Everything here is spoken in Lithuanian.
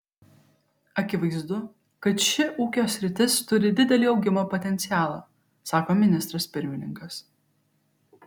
akivaizdu kad ši ūkio sritis turi didelį augimo potencialą sako ministras pirmininkas